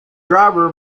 driver